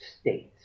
states